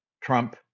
trump